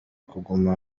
kuguma